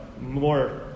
more